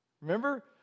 Remember